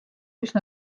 üsna